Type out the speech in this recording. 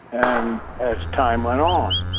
and as time went on,